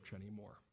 anymore